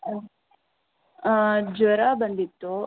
ಜ್ವರ ಬಂದಿತ್ತು